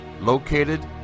located